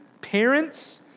parents